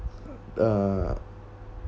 uh